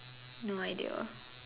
no idea